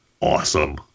awesome